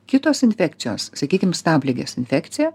kitos infekcijos sakykim stabligės infekcija